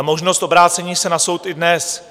Možnost obrácení se na soud i dnes.